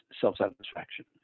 self-satisfaction